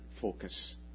focus